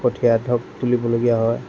কঠীয়া ধৰক তুলিবলগীয়া হয়